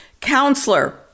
counselor